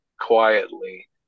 quietly